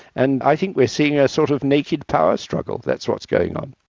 and i think we're seeing a sort of naked power struggle, that's what's going on.